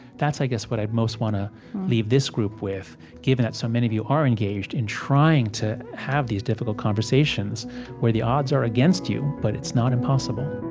that's, i guess, what i'd most want to leave this group with, given that so many of you are engaged in trying to have these difficult conversations where the odds are against you, but it's not impossible